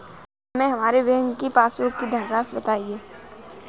हमें हमारे बैंक की पासबुक की धन राशि बताइए